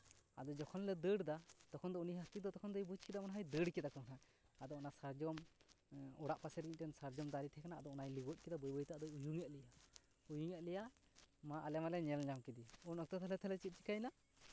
ᱟᱫᱚ ᱡᱚᱠᱷᱚᱱ ᱞᱮ ᱫᱟᱹᱲ ᱫᱟ ᱛᱚᱠᱷᱚᱱ ᱫᱚ ᱩᱱᱤ ᱦᱟᱹᱛᱤ ᱫᱚ ᱛᱚᱠᱷᱚᱱ ᱫᱚᱭ ᱵᱩᱡᱽ ᱠᱮᱫᱟ ᱢᱚᱱᱮ ᱦᱚᱭ ᱫᱟᱹᱲ ᱠᱮᱫᱟᱠᱚ ᱟᱫᱚ ᱚᱱᱟ ᱥᱟᱨᱡᱚᱢ ᱚᱲᱟᱜ ᱯᱟᱥᱮᱨᱮ ᱢᱤᱫᱴᱮᱱ ᱥᱟᱨᱡᱚᱢ ᱫᱟᱨᱮ ᱛᱟᱦᱮᱸ ᱠᱟᱱᱟ ᱟᱫᱚ ᱚᱱᱟᱭ ᱞᱤᱣᱭᱮᱫ ᱠᱮᱫᱟ ᱵᱟᱹᱭ ᱵᱟᱹᱭᱛᱮ ᱟᱫᱚᱭ ᱩᱭᱩᱝᱮᱫ ᱞᱮᱭᱟ ᱩᱭᱩᱝᱮᱫ ᱞᱮᱭᱟ ᱢᱟ ᱟᱞᱮ ᱢᱟᱞᱮ ᱧᱮᱞ ᱧᱟᱢ ᱠᱮᱫᱮ ᱩᱱ ᱚᱠᱛᱚ ᱛᱟᱦᱞᱮ ᱪᱮᱫ ᱪᱤᱠᱟᱹᱭᱮᱱᱟ